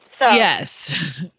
Yes